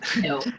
No